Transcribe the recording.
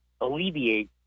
alleviate